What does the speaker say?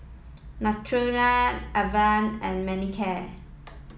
Nutren Avene and Manicare